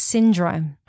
Syndrome